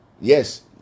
Yes